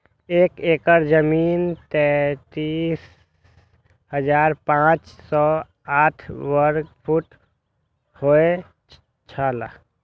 एक एकड़ जमीन तैंतालीस हजार पांच सौ साठ वर्ग फुट होय छला